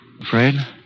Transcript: Afraid